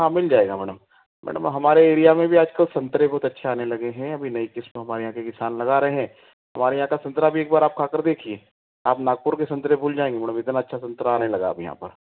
हाँ मिल जाएगा मैडम मैडम हमारे एरिया में आजकल संतरे बहुत अच्छे आने लगे हैं अभी नई किस्मे हमारे यहाँ के किसान लगा रहें है तो हमारे यहाँ का संतरा भी एक बार आप खा कर देखिए आप नागपुर का भी संतरे खाना जाएँगी इतना अच्छा संतरा आने लगा है मैडम यहाँ पर